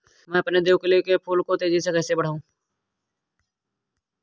मैं अपने देवकली के फूल को तेजी से कैसे बढाऊं?